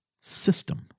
system